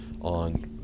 on